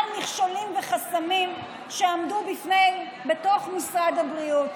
מכשולים וחסמים שעמדו בתוך משרד הבריאות.